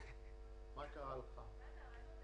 בחשבונות הבנק שלהם.